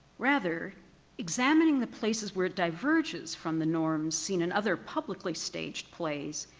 rather examining the places where it diverges from the norms seen in other publicly staged plays,